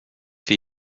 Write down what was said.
wie